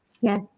Yes